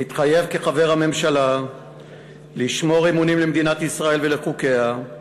מתחייב כחבר הממשלה לשמור אמונים למדינת ישראל ולחוקיה,